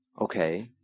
okay